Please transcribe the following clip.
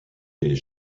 est